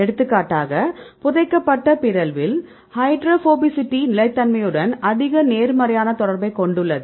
எடுத்துக்காட்டாக புதைக்கப்பட்ட பிறழ்வில் ஹைட்ரோபோபிசிட்டி நிலைத்தன்மையுடன் அதிக நேர்மறையான தொடர்பைக் கொண்டுள்ளது